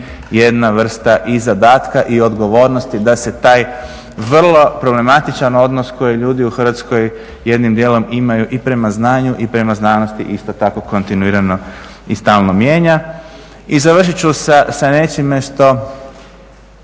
jedna vrsta i zadatka i odgovornosti da se taj vrlo problematičan odnos koji ljudi u Hrvatskoj jednim dijelom imaju i prema znanju i prema znanosti isto tako kontinuirano i stalno mijenja. I završit ću sa nečime što